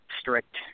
strict